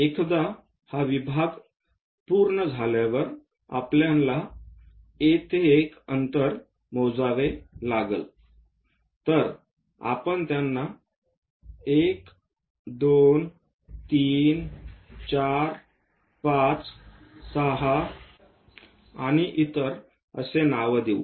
एकदा हा विभाग पूर्ण झाल्यावर आपल्याला A ते 1 अंतर मोजावे लागेल तर आपण त्यांना 1 2 3 4 5 6 आणि इतर असं नाव देऊ